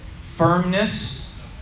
firmness